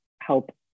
help